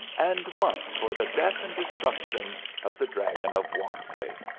and once for the death and destruction of the dragon of wantley.